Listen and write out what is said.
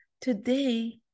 Today